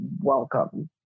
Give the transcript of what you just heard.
welcome